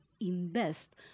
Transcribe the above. invest